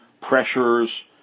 pressures